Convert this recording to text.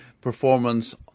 performance